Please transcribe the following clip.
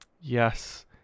Yes